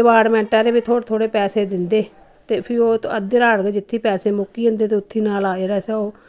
department आह्ले बी थोह्ड़े थोह्ड़े पैसे दिंदे ते फ्ही ओह् अद्धे राह् गै जित्थै पैसे मुक्की जन्दे ते उत्थीं नाला जेह्ड़ा ओह्